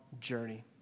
journey